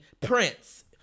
Prince